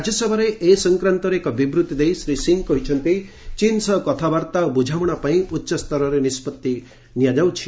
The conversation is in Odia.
ରାଜ୍ୟସଭାରେ ଏ ସଂକ୍ରାନ୍ତରେ ଏକ ବିବୃତି ଦେଇ ଶୀ ସିଂ କହିଛନ୍ତି ଚୀନ ସହ କଥାବାର୍ତ୍ତା ଓ ବୃଝାମଣା ପାଇଁ ଉଚ୍ଚସ୍ତରରେ ନିଷ୍କଭି ନିଆଯାଉଛି